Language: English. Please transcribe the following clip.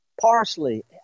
parsley